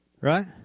Right